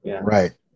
right